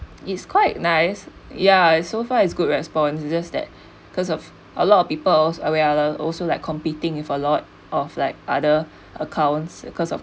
it's quite nice ya so far is good response it just that because of a lot of peoples away also like competing with a lot of like other accounts because of